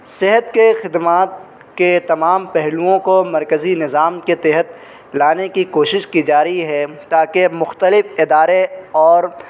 صحت کے خدمات کے تمام پہلوؤں کو مرکزی نظام کے تحت لانے کی کوشش کی جا رہی ہے تاکہ مختلف ادارے اور